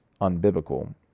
unbiblical